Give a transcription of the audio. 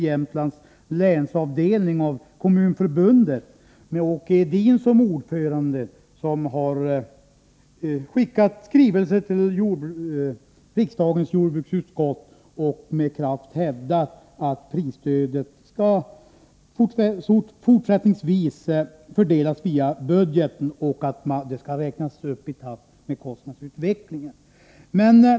citera Jämtlands länsavdelning av Kommunförbundet med Åke Edin som ordförande, som har skickat skrivelser till riksdagens jordbruksutskott och med kraft hävdat att prisstödet fortsättningsvis skall fördelas via budgeten och att det skall räknas upp i takt med kostnadsutvecklingen.